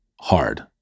hard